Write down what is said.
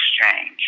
exchange